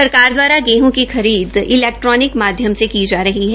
सरकार दवारा गेहं की खरीद इलैक्ट्रोनिक माध्यम से की जा रही है